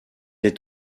est